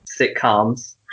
sitcoms